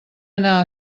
anar